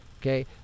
Okay